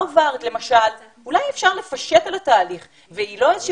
הרווארד אולי אפשר לפשט את התהליך וזאת לא איזושהי